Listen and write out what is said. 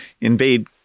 invade